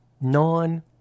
non